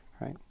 right